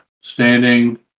standing